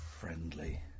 friendly